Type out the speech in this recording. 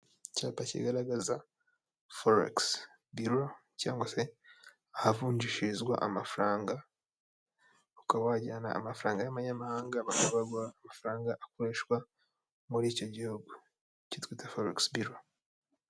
I hoteli isa neza irimo intebe zikozwe mu mbaho ndetse n'ameza n'utundi duto turi kuri kotwari natwo dukoze mu mbaho, ndetse n'inkingi zayo zikoze mu buryo bwiza nk'igisenge kiza cyane hakirirwa abantu b'ingeri zose.